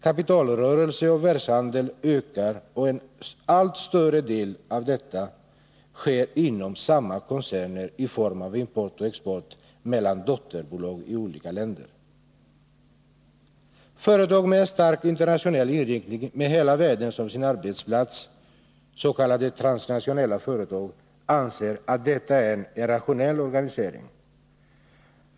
Kapitalrörelser och världshandel ökar, och en allt större del av detta utbyte sker inom samma koncerner i form av import och export mellan dotterbolag i olika länder. Företag med en stark internationell inriktning med hela världen som sin arbetsplats, s.k. transnationella företag, anser att detta är en rationell organisering av industriproduktionen.